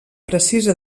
precisa